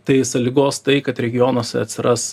tai ligos tai kad regionuose atsiras